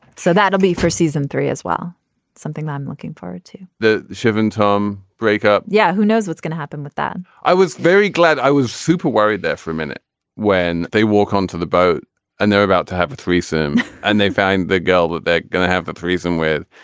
so that'll be for season three as well something i'm looking forward to the seven tom break up yeah. who knows what's going to happen with that. i was very glad. i was super worried there for a minute when they walk onto the boat and they're about to have a threesome and they found the girl but they're going to have a threesome with.